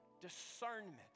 discernment